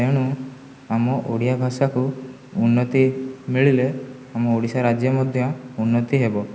ତେଣୁ ଆମ ଓଡ଼ିଆ ଭାଷାକୁ ଉନ୍ନତି ମିଳିଲେ ଆମ ଓଡ଼ିଶା ରାଜ୍ୟ ମଧ୍ୟ ଉନ୍ନତି ହେବ